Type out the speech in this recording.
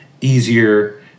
easier